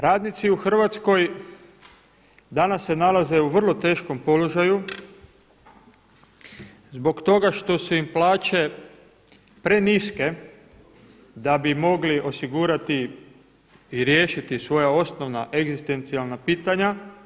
Radnici u Hrvatskoj danas se nalaze u vrlo teškom položaju zbog toga što su im plaće preniske da bi mogli osigurati i riješiti svoja osnovna, egzistencijalna pitanja.